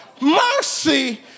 Mercy